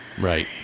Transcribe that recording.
Right